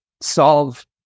solve